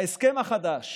בהסכם החדש